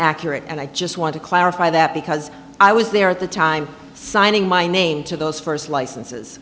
accurate and i just want to clarify that because i was there at the time signing my name to those first licenses